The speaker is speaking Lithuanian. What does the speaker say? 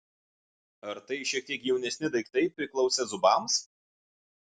ar tai šiek tiek jaunesni daiktai priklausę zubams